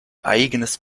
eigenes